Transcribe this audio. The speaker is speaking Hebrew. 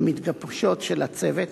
המתגבשות של הצוות,